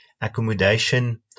accommodation